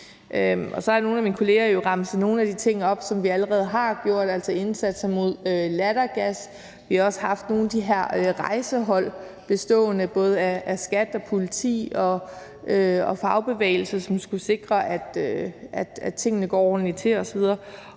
Og så har nogle af mine kolleger jo remset nogle af de ting op, som vi allerede har gjort. Altså, det er indsatser mod lattergas; vi har også haft nogle af de her rejsehold bestående af både skattevæsenet, politiet og fagbevægelser, som skulle sikre, at tingene går ordentligt til osv.